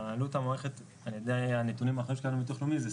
אבל העלות המוערכת בנתונים האחרונים של